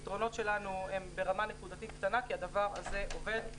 הפתרונות שלנו הם ברמה נקודתית קטנה כי הדבר הזה עובד.